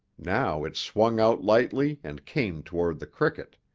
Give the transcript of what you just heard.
now it swung out lightly and came toward the cricket.